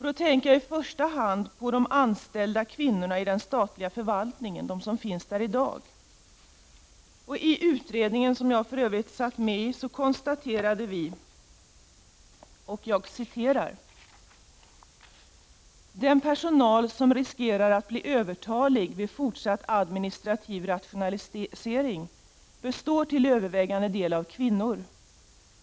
Då tänker jag i första hand på de i dag anställda kvinnorna i den statliga förvaltningen. Utredningen, som jag satt med i, konstaterade: ”Den personal som riskerar att bli övertalig vid fortsatt administrativ rationalisering består till övervägande del av kvinnor.